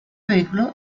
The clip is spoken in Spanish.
vehículo